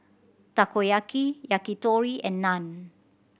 Takoyaki Yakitori and Naan